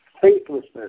faithlessness